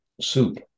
soup